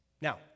Now